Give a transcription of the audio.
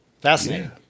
Fascinating